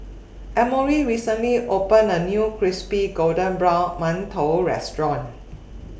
Emory recently opened A New Crispy Golden Brown mantou Restaurant